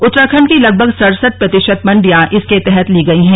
उत्तराखंड की लगभग सड़सठ प्रतिशत मंडिया इसके तहत ली गई हैं